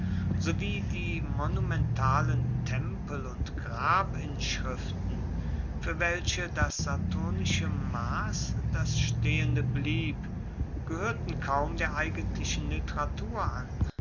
sowie die monumentalen tempel und grabinschriften fuer welche das saturnische mass das stehende blieb gehoerten kaum der eigentlichen literatur an